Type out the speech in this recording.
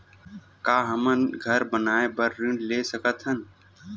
का हमन घर बनाए बार ऋण ले सकत हन?